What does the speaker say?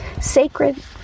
sacred